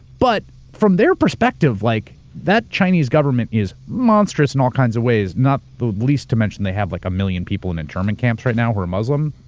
but from their perspective, like that chinese government is monstrous in all kinds of ways, not the least to mention they have like a million people in internment camps right now who are muslim.